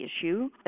issue